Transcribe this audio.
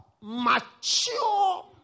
mature